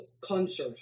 concert